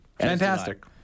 Fantastic